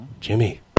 Jimmy